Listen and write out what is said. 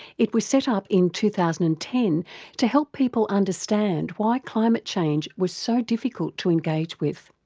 it was set up in two thousand and ten to help people understand why climate change was so difficult to engage with.